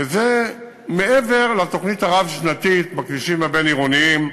וזה מעבר לתוכנית הרב-שנתית בכבישים הבין-עירוניים,